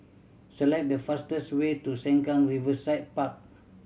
select the fastest way to Sengkang Riverside Park